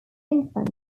infant